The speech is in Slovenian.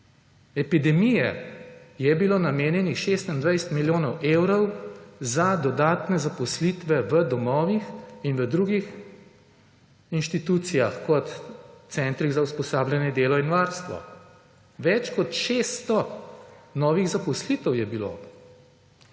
epidemije je bilo namenjenih 26 milijonov evrov za dodatne zaposlitve v domovih in v drugih inštitucijah kot centrih za usposabljanje delo in varstvo. Več kot 600 novih zaposlitev je bilo.